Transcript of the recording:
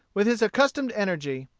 with his accustomed energy,